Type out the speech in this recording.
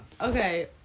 okay